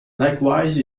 likewise